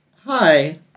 Hi